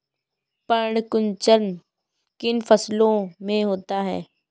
पर्ण कुंचन किन फसलों में होता है?